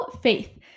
faith